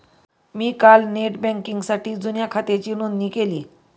मी काल नेट बँकिंगसाठी जुन्या खात्याची नोंदणी केली